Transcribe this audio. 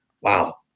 Wow